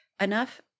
enough